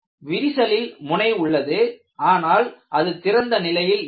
விரிசலில் முனை உள்ளது ஆனால் அது திறந்த நிலையில் இல்லை